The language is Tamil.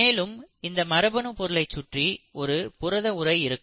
மேலும் இந்த மரபணு பொருளைச் சுற்றி ஒரு புரத உரை இருக்கும்